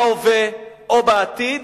בהווה או בעתיד,